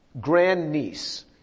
grandniece